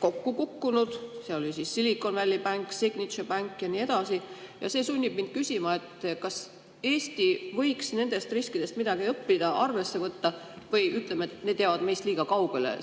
kokku kukkunud. Need olid Silicon Valley Bank, Signature Bank ja nii edasi. See sunnib mind küsima, et kas Eesti võiks nendest riskidest midagi õppida, arvesse võtta või ütleme, et see teema jääb meist liiga kaugele.